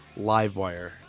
Livewire